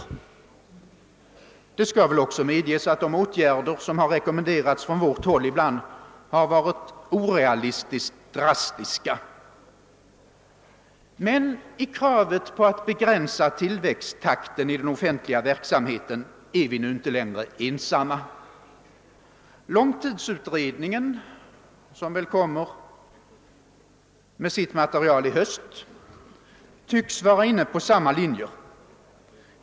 Det skall väl också medges att de åtgärder som rekommenderats från vårt håll ibland har varit orealistiskt drastiska. Men i kravet på att begränsa tillväxttakten i den offentliga verksamheten är vi inte längre ensamma. Långtidsutredningen, som väl kommer att presentera sitt material i höst, tycks vara inne på samma linje.